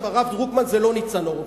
הרב דרוקמן זה לא ניצן הורוביץ.